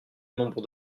nombre